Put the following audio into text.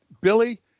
Billy